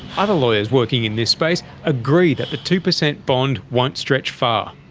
other lawyers working in this space agree that the two percent bond won't stretch far.